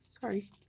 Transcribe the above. sorry